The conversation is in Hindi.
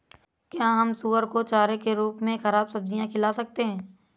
क्या हम सुअर को चारे के रूप में ख़राब सब्जियां खिला सकते हैं?